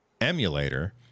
emulator